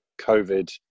COVID